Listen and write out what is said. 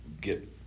get